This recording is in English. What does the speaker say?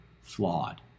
flawed